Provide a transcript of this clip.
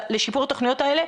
לשיפור התוכניות האלה.